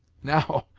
now,